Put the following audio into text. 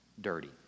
dirty